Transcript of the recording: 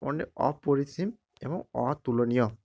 অনে অপরিসীম এবং অতুলনীয়